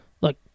Look